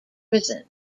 prison